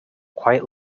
quite